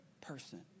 person